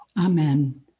Amen